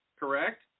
correct